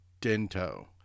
Dento